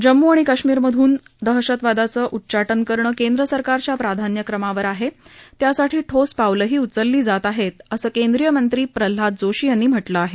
जम्मू कश्मीरमधून दहशतवादाचं उच्चाज करणं केंद्र सरकारच्या प्राधान्यक्रमावर आहे तसंच त्यासाठी ठोस पावलंही उचलली जात आहेत असं केंद्रीय मंत्री प्रल्हाद जोशी यांनी म्हा में आहे